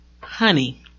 Honey